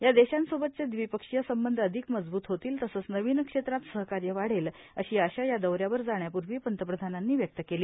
या देषांसोबतचे द्विपक्षीय संबंध अधिक मंजवूत होतील तसंच नवीन क्षेत्रात सहकार्य वाढेल अषी आषा या दौऱ्यावर जाण्यापूर्वी पंतप्रधानांनी व्यक्त केली